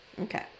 Okay